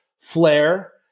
Flare